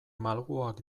malguak